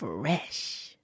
Fresh